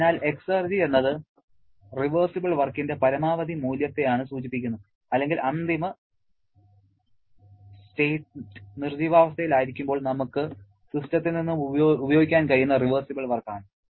അതിനാൽ എക്സർജി എന്നത് റിവേർസിബിൾ വർക്കിന്റെ പരമാവധി മൂല്യത്തെയാണ് സൂചിപ്പിക്കുന്നത് അല്ലെങ്കിൽ അന്തിമ സ്റ്റേറ്റ് നിർജ്ജീവാവസ്ഥയിലായിരിക്കുമ്പോൾ നമുക്ക് സിസ്റ്റത്തിൽ നിന്ന് ഉപയോഗിക്കാൻ കഴിയുന്ന റിവേർസിബിൾ വർക്ക് ആണ്